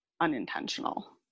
unintentional